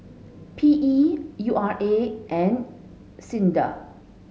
P E U R A and SINDA